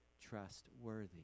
trustworthy